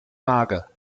mager